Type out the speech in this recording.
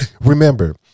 Remember